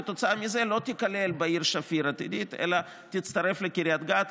כתוצאה מזה היא לא תיכלל בעיר שפיר העתידית אלא תצטרף לקריית גת,